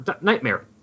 Nightmare